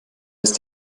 ist